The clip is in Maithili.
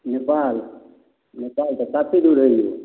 नेपाल नेपाल तऽ काफी दूर अइ यौ